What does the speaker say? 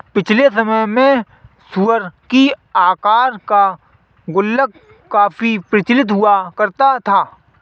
पिछले समय में सूअर की आकार का गुल्लक काफी प्रचलित हुआ करता था